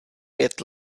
pět